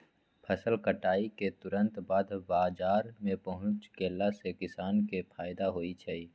फसल कटाई के तुरत बाद बाजार में पहुच गेला से किसान के फायदा होई छई